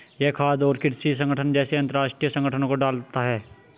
यह खाद्य और कृषि संगठन जैसे अंतरराष्ट्रीय संगठनों को डालता है